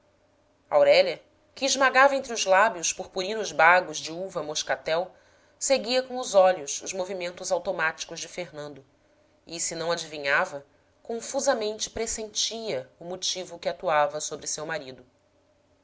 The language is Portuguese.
aurélia que esmagava entre os lábios purpurinos bagos de uva moscatel seguia com os olhos os movimentos automáticos de fernando e se não adivinhava confusamente pressentia o motivo que atuava sobre seu marido